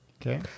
Okay